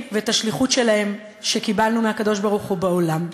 ואת השליחות שקיבלנו מהקדוש-ברוך-הוא בעולם.